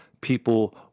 people